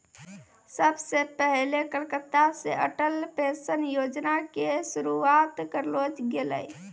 सभ से पहिले कलकत्ता से अटल पेंशन योजना के शुरुआत करलो गेलै